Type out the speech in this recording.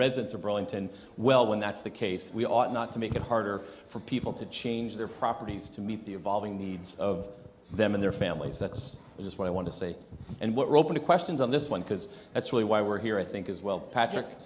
residents or burlington well when that's the case we ought not to make it harder for people to change their properties to meet the evolving needs of them and their families that this is what i want to say and we're open to questions on this one because that's really why we're here i think as well patrick